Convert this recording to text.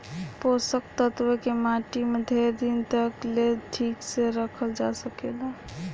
पोषक तत्व के माटी में ढेर दिन तक ले ठीक से रखल जा सकेला